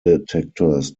detectors